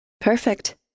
Perfect